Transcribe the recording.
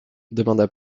demanda